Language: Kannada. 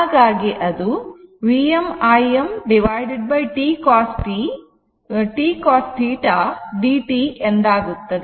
ಹಾಗಾಗಿ ಅದು Vm Im Tcos θ dt ಎಂದಾಗುತ್ತದೆ